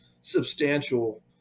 substantial